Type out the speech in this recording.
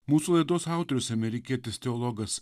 mūsų laidos autorius amerikietis teologas